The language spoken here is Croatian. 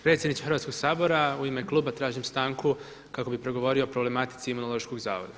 Predsjedniče Hrvatskoga sabora u ime kluba tražim stanku kako bih progovorio o problematici Imunološkog zavoda.